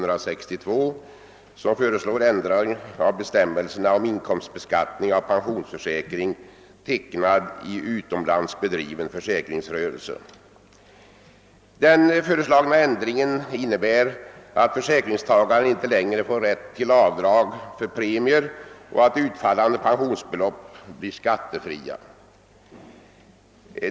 Dessutom föreligger en reservation till vilken samtliga borgerliga ledamöter anslutit sig.